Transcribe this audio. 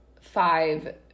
five